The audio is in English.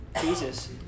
Jesus